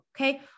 Okay